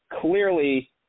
clearly